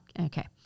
Okay